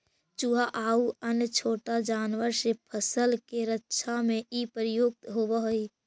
चुहा आउ अन्य छोटा जानवर से फसल के रक्षा में इ प्रयुक्त होवऽ हई